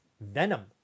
venom